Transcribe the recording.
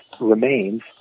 remains